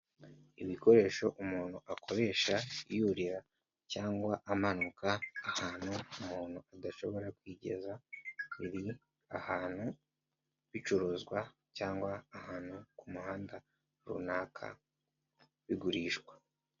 Ibikoresho umuntu akoresha yurira cyangwa amanuka ahantu umuntu adashobora kwigeza, biri ahantu bicuruzwa cyangwa ahantu ku muhanda runaka bigurishwa.